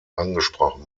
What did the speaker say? angesprochen